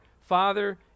Father